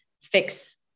fix